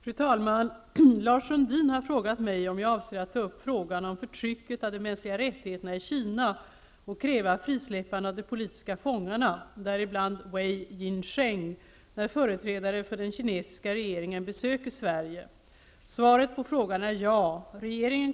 Det politiska förtrycket i Kina är fortfarande mycket hårt. Med förtrycket följer tusentals politiska fångar. Deras brott är att de har kämpat för demokrati, deras fiende är den kommunistiska staten. Bland fångarna finns Wei Jingsheng, dömd till 15 års fängelse för att bl.a. ha skrivit väggtidningar. Inom kort kommer företrädare för den kinesiska regeringen till Sverige på inbjudan av den svenska regeringen.